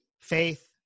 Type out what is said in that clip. faith